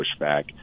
pushback